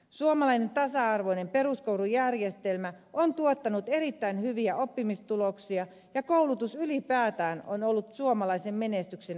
suomalainen tasa arvoinen peruskoulujärjestelmä on tuottanut erittäin hyviä oppimistuloksia ja koulutus ylipäätään on ollut suomalaisen menestyksen avaintekijä